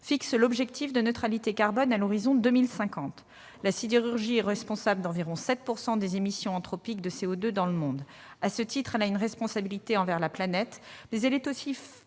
fixent l'objectif de neutralité carbone à l'horizon 2050. La sidérurgie est responsable d'environ 7 % des émissions anthropiques de CO2 dans le monde. À ce titre, elle a une responsabilité envers la planète, mais elle fait aussi face